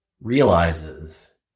realizes